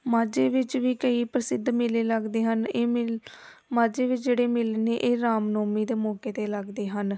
ਮਾਝੇ ਵਿੱਚ ਵੀ ਕਈ ਪ੍ਰਸਿੱਧ ਮੇਲੇ ਲੱਗਦੇ ਹਨ ਇਹ ਮੇਲ ਮਾਝੇ ਵਿੱਚ ਜਿਹੜੇ ਮੇਲੇ ਨੇ ਇਹ ਰਾਮਨੌਮੀ ਦੇ ਮੌਕੇ 'ਤੇ ਲੱਗਦੇ ਹਨ